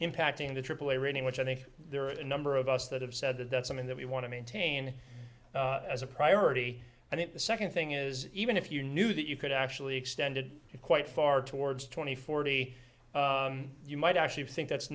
impacting the aaa rating which i think there are a number of us that have said that that's something that we want to maintain as a priority and it the second thing is even if you knew that you could actually extended it quite far towards twenty forty you might actually think that's